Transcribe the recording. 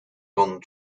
van